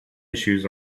issues